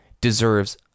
deserves